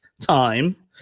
time